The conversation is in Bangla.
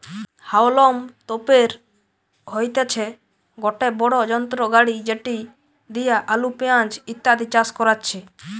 হাউলম তোপের হইতেছে গটে বড়ো যন্ত্র গাড়ি যেটি দিয়া আলু, পেঁয়াজ ইত্যাদি চাষ করাচ্ছে